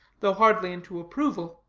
though hardly into approval.